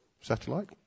Satellite